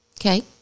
okay